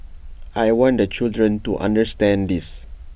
I want the children to understand this